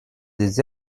des